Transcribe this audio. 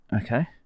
Okay